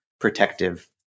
protective